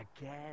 again